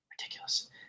ridiculous